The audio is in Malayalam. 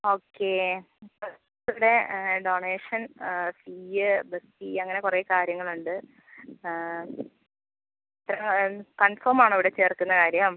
ഓക്കെ ഇവിടെ ഡൊണേഷൻ ഫീയ് ബസ് ഫീയ് അങ്ങനെ കുറെ കാര്യങ്ങളുണ്ട് ആ കൺഫേം ആണോ ഇവിടെ ചേർക്കുന്ന കാര്യം